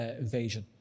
invasion